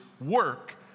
work